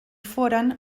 foren